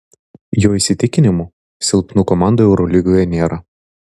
jo įsitikinimu silpnų komandų eurolygoje nėra